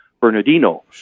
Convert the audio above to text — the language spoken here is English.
Bernardino